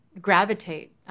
gravitate